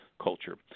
culture